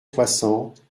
soixante